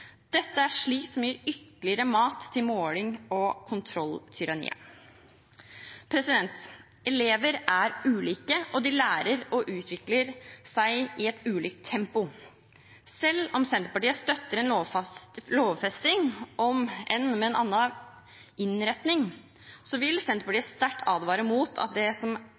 Dette er slikt som gir ytterligere mat til målings- og kontrolltyranniet. Elever er ulike, og de lærer og utvikler seg i ulikt tempo. Selv om Senterpartiet støtter en lovfesting – om enn med en annen innretning – vil Senterpartiet sterkt advare mot at det som